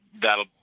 that'll